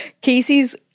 Casey's